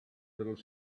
little